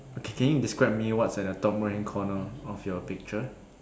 K K can you describe me what's at the top right hand corner of your picture